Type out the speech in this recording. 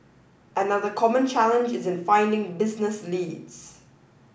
another common challenge is in finding business leads